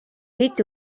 бид